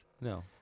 No